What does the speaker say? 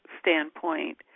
standpoint